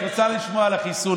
את רוצה לשמוע על החיסון,